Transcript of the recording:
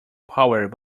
powered